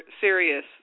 serious